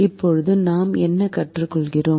இப்போது நாம் என்ன கற்றுக்கொள்கிறோம்